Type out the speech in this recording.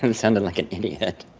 and sounding like an idiot.